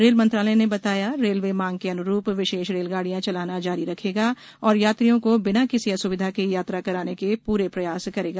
rail मंत्रालय ने बताया रेलवे मांग के अनुरूप विशेष रेलगाड़ियां चलाना जारी रखेगा और यात्रियों को बिना किसी असुविधा के यात्रा कराने के पूरे प्रयास करेगा